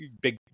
big